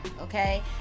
okay